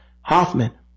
Hoffman